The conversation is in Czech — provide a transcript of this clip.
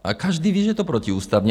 A každý ví, že je to protiústavní.